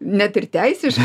net ir teisiškai